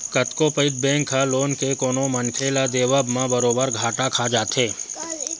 कतको पइत बेंक ह लोन के कोनो मनखे ल देवब म बरोबर घाटा खा जाथे